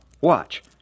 Watch